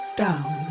down